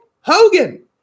Hogan